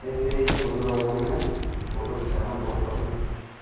ऐसे ही फ़ोटोग्राफ़ों में फ़ोटो खिचाना बहुत पसंद है